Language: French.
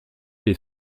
des